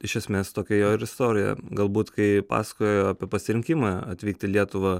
iš esmės tokia jo ir istorija galbūt kai pasakojo apie pasirinkimą atvykt į lietuvą